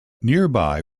nearby